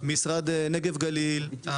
משרד הנגב והגליל,